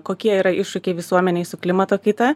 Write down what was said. kokie yra iššūkiai visuomenei su klimato kaita